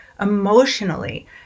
emotionally